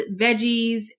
veggies